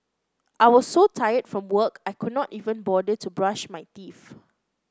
I was so tired from work I could not even bother to brush my teeth